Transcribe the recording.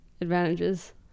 advantages